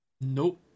Nope